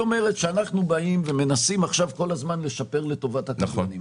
שאנחנו באים ומנסים עכשיו כל הזמן לשפר לטובת הקבלנים.